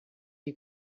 you